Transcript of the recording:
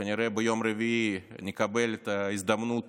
כנראה, ביום רביעי נקבל את ההזדמנות